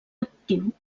actiu